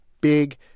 big